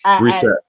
reset